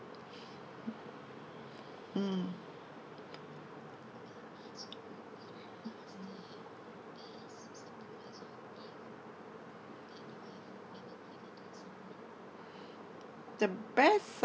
mm the best